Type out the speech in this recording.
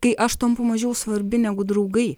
kai aš tampu mažiau svarbi negu draugai